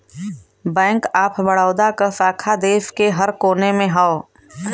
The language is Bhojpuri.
बैंक ऑफ बड़ौदा क शाखा देश के हर कोने में हौ